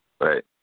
Right